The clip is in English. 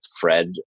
Fred